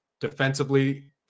defensively